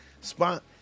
spot